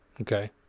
Okay